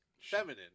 feminine